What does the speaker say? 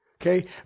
Okay